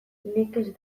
nekez